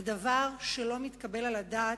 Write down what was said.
זה דבר שלא מתקבל על הדעת,